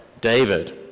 David